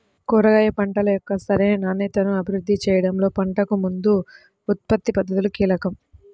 కూరగాయ పంటల యొక్క సరైన నాణ్యతను అభివృద్ధి చేయడంలో పంటకు ముందు ఉత్పత్తి పద్ధతులు కీలకం